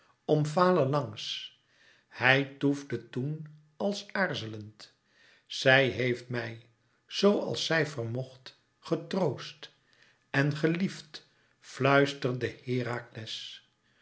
omfale langs hij toefde toen als aarzelend zij heeft mij zoo als zij vermocht getroost en geliefd fluisterde herakles